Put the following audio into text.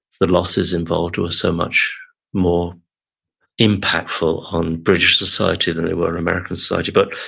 the losses involved were so much more impactful on british society than they were american society, but